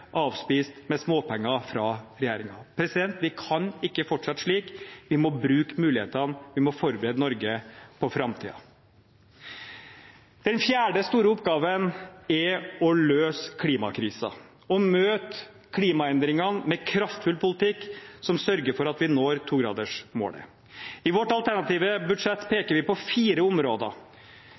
avspist med småpenger fra regjeringen. Vi kan ikke fortsette slik. Vi må bruke mulighetene, vi må forberede Norge på framtiden. Den fjerde store oppgaven er å løse klimakrisen, å møte klimaendringene med kraftfull politikk som sørger for at vi når 2-gradersmålet. I vårt alternative budsjett peker vi på fire områder: